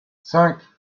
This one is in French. cinq